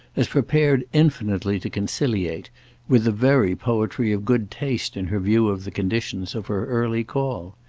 as prepared infinitely to conciliate with the very poetry of good taste in her view of the conditions of her early call.